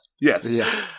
Yes